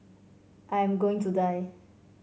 I am going to die